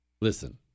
Listen